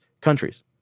countries